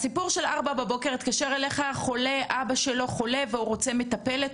הסיפור של הבן שהתקשר אליך שאבא שלו חולה והוא רוצה מטפל/ת,